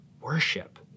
worship